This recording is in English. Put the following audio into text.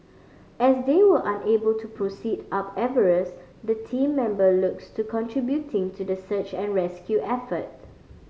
as they were unable to proceed up Everest the team member looks to contributing to the search and rescue effort